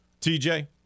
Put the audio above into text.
TJ